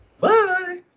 bye